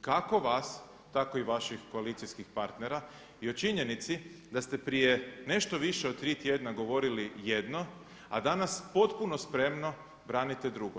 kako vas tako i vaših koalicijskih partnera i o činjenici da ste prije nešto više od 3 tjedna govorili jedno a danas potpuno spremno branite drugo.